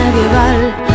medieval